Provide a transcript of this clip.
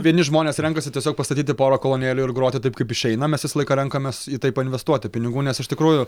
vieni žmonės renkasi tiesiog pastatyti porą kolonėlių ir groti taip kaip išeina mes visą laiką renkamės į tai painvestuoti pinigų nes iš tikrųjų